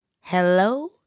Hello